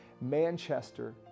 Manchester